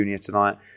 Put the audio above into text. tonight